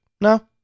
No